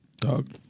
Dog